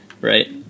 right